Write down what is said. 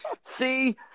See